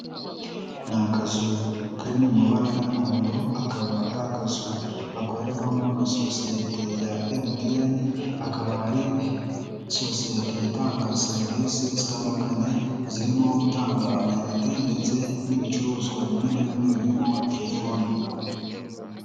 Ni akazu kari mu mabara y'umuhondo, akaba ari akazu gakorerwamo na sosiyete ya MTN, akaba ari sosiyete itanga serivisi zitandukanye, zirimo gutanga amayinite ndetse n'ibicuruzwa bimwe na bimwe birimo telefoni.